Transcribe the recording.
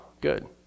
good